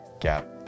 gap